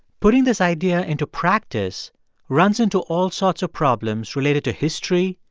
putting this idea into practice runs into all sorts of problems related to history,